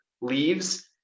leaves